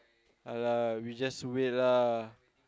!alah! we just wait lah